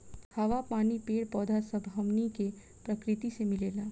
हवा, पानी, पेड़ पौधा सब हमनी के प्रकृति से मिलेला